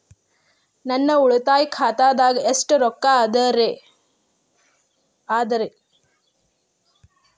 ನನ್ನ ಉಳಿತಾಯ ಖಾತಾದಾಗ ಎಷ್ಟ ರೊಕ್ಕ ಅದ ರೇ?